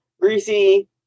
greasy